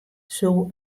soe